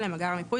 למאגר המיפוי,